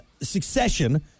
succession